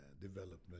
development